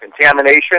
contamination